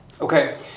Okay